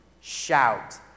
shout